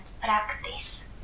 practice